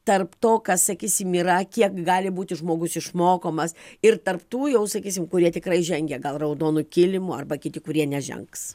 tarp to kas sakysim yra kiek gali būti žmogus išmokomas ir tarp tų jau sakysim kurie tikrai žengia gal raudonu kilimu arba kiti kurie nežengs